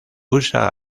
usa